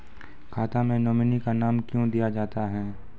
खाता मे नोमिनी का नाम क्यो दिया जाता हैं?